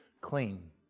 clean